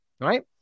right